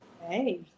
Hey